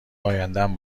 ایندم